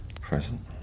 present